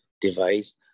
device